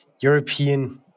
European